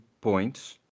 points